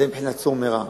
זה מבחינת סור מרע.